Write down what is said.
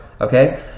Okay